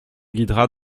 guidera